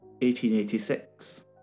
1886